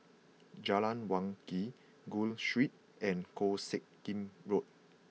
Jalan Wangi Gul Street and Koh Sek Lim Road